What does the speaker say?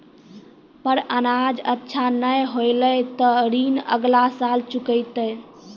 पर अनाज अच्छा नाय होलै तॅ ऋण अगला साल चुकैतै